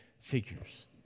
Figures